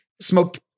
smoked